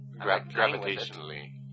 Gravitationally